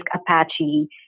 Apache